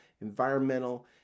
environmental